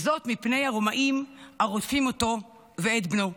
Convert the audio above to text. וזאת מפני הרומאים הרודפים אותו ואת בנו,